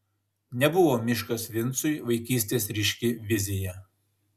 nebuvo miškas vincui vaikystės ryški vizija